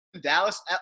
Dallas